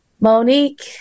monique